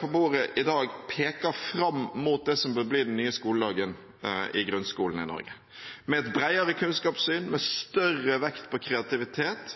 på bordet i dag, peker fram mot det som bør bli den nye skoledagen i grunnskolen i Norge, med et bredere kunnskapssyn, med større vekt på kreativitet